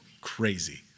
Crazy